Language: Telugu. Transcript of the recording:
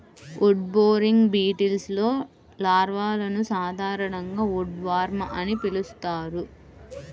ఉడ్బోరింగ్ బీటిల్స్లో లార్వాలను సాధారణంగా ఉడ్వార్మ్ అని పిలుస్తారు